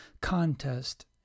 Contest